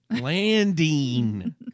Landing